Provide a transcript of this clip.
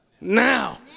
now